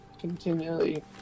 continually